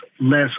less